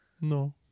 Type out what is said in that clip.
No